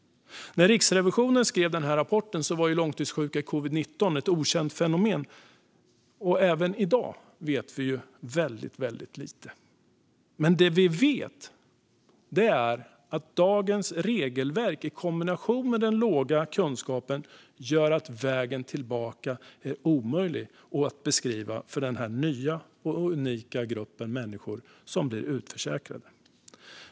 När Riksrevisionen skrev sin rapport var långtidssjuka i covid-19 ett okänt fenomen. Även i dag vet vi väldigt lite. Men vad vi vet är att dagens regelverk i kombination med den låga kunskapen gör att vägen tillbaka är omöjlig att beskriva för denna nya unika grupp människor som nu blir utförsäkrad.